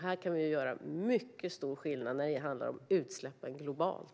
Här kan vi göra mycket stor skillnad när det handlar om utsläppen globalt.